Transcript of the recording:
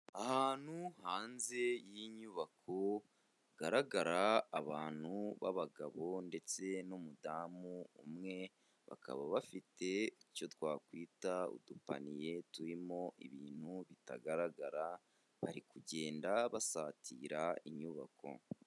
Ahantu hanze y'inyubako hagaragara abantu baba bagabo ndetse n'umudamu umwe, bakaba bafite icyo twakwita udupaniye turimo ibintu bitagaragara bari kugenda basatira inyubako.